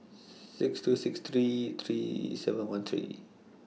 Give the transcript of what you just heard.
six two six three three seven one three